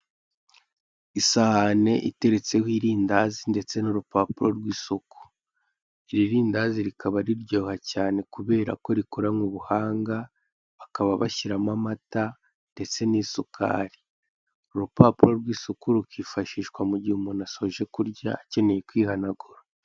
Isahane iteretseho irindazi ndetse n'urupapuro rw'isuku. Iri rindazi rikaba riryoha cyane kubera ko rikoranywe ubuhanga bakaba bashyiramo amata ndetse n'isukari, uru rupapuro rw'isuku rukifashishwa mu gihe umuntu asoje kurya akeneye kwihanagura.